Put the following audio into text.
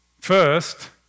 First